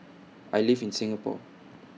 I live in Singapore